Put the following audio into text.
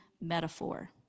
metaphor